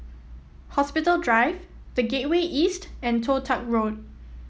Hospital Drive The Gateway East and Toh Tuck Road